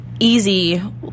easy